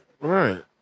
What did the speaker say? Right